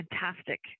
fantastic